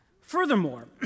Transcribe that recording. Furthermore